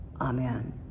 Amen